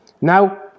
Now